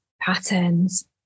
patterns